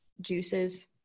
juices